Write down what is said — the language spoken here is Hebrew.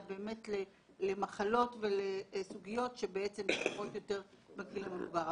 באמת למחלות ולסוגיות שקורות יותר בגיל המבוגר.